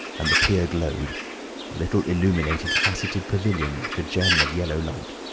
and the pier glowed a little illuminated, facetted pavilion like a gem of yellow light.